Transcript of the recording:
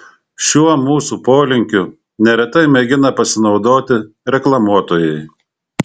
šiuo mūsų polinkiu neretai mėgina pasinaudoti reklamuotojai